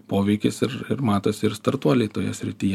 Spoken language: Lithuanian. poveikis ir ir matos ir startuoliai toje srityje